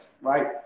right